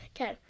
Okay